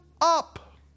up